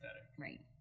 Right